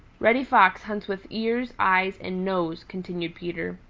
reddy fox hunts with ears, eyes and nose, continued peter.